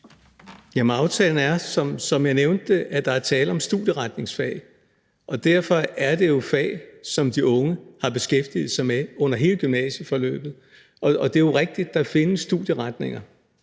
aftalen er, som jeg nævnte, at der er tale om studieretningsfag, og derfor er det jo fag, som de unge har beskæftiget sig med under hele gymnasieforløbet. Og det er jo rigtigt, at der findes studieretninger,